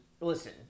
Listen